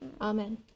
Amen